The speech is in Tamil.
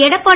எடப்பாடி